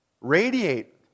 radiate